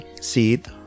seed